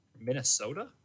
Minnesota